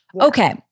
Okay